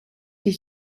ich